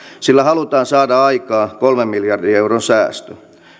sillä halutaan saada aikaan kolmen miljardin euron säästö